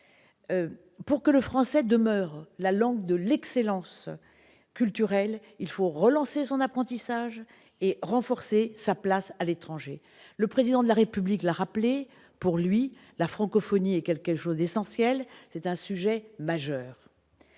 Pour que le français demeure la langue de l'excellence culturelle, il faut relancer son apprentissage et renforcer sa place à l'étranger. Le Président de la République l'a rappelé : pour lui, la francophonie est essentielle et constitue un sujet majeur.